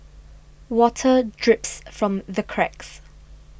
water drips from the cracks